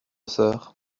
sœur